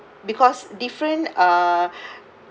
because different uh